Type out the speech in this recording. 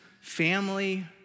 family